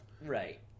Right